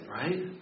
right